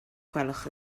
gwelwch